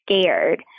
scared